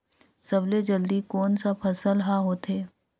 सबले जल्दी कोन सा फसल ह होथे?